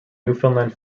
newfoundland